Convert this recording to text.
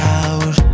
out